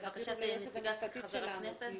תעבירו ליועצת המשפטית שלנו.